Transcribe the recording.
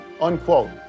unquote